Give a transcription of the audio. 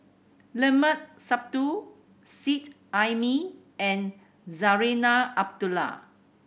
Limat Sabtu Seet Ai Mee and Zarinah Abdullah